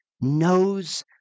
knows